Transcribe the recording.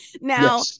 Now